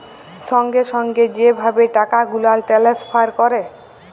সঙ্গে সঙ্গে যে ভাবে টাকা গুলাল টেলেসফার ক্যরে